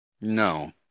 No